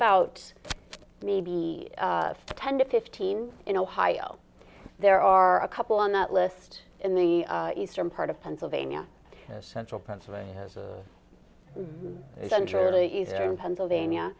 about maybe ten to fifteen in ohio there are a couple on that list in the eastern part of pennsylvania central pennsylvania centrally eastern pennsylvania